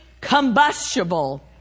combustible